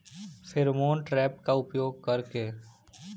Pheromone trap का उपयोग कर के?